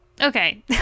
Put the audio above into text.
Okay